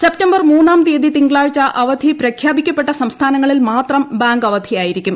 September മൂന്നാം തീയതി തിങ്കളാഴ്ച അവധി പ്രഖ്യാപിക്കപ്പെട്ട സംസ്ഥാനങ്ങളിൽ മാത്രം ബാങ്ക് അവധിയായിരിക്കും